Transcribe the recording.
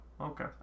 okay